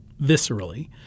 viscerally